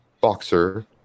boxer